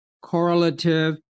correlative